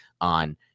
on